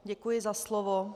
Děkuji za slovo.